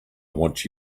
want